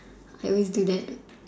I always do that